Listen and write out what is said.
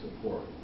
support